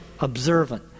observant